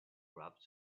grabbed